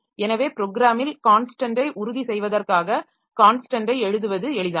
எனவே ப்ரோக்ராமில் கான்ஸ்டென்டை உறுதி செய்வதற்காக கான்ஸ்டென்டை எழுதுவது எளிதானது